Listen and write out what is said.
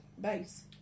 base